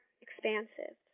expansive